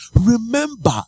remember